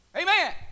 Amen